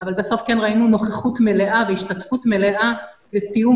אבל בסוף כן ראינו נוכחות מלאה והשתתפות מלאה בסיום